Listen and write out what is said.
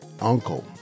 uncle